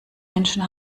menschen